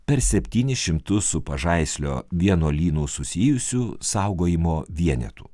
per septynis šimtus su pažaislio vienuolynu susijusių saugojimo vienetų